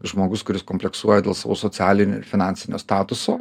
žmogus kuris kompleksuoja dėl savo socialinio ir finansinio statuso